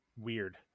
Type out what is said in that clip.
weird